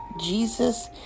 Jesus